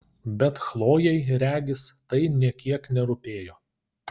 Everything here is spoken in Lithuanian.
bet chlojei regis tai nė kiek nerūpėjo